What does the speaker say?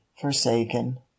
forsaken